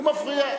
הוא מפריע.